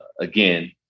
again